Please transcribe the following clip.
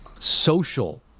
social